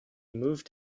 moved